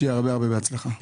שיהיה בהצלחה רבה.